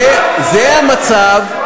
זה המצב.